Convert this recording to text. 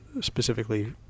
specifically